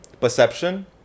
perception